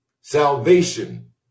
salvation